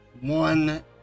one